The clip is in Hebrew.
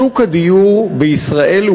שוק הדיור בישראל,